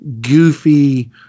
goofy